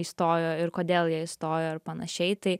įstojo ir kodėl jie įstojo ir panašiai tai